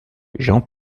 jean